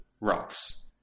rocks